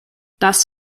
das